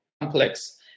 complex